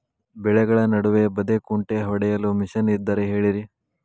ಬೆಳೆಗಳ ನಡುವೆ ಬದೆಕುಂಟೆ ಹೊಡೆಯಲು ಮಿಷನ್ ಇದ್ದರೆ ಹೇಳಿರಿ